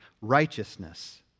righteousness